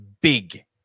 big